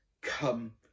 come